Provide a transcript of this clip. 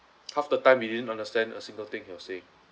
half the time we didn't understand a single thing he was saying